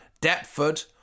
Deptford